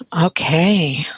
Okay